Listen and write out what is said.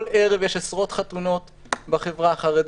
כל ערב יש עשרות חתונות בחברה החרדית.